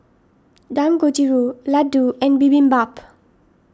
Dangojiru Ladoo and Bibimbap